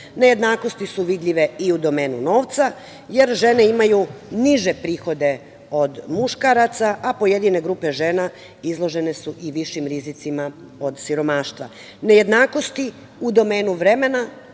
rada. Nejednakosti su vidljive i u domenu novca, jer žene imaju niže prihode od muškaraca, a pojedine grupe žena izložene su i višim rizicima od siromaštva. Nejednakosti u domenu vremena